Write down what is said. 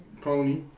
Pony